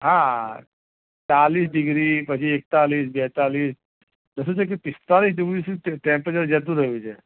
હા ચાલીસ ડિગ્રી પછી એકતાલીસ બેતાલીસ તો શું છે કે પિસ્તાલીસ ડિગ્રી સુધી ટેમ્પ ટેમ્પરેચર જતું રહ્યું છે